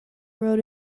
road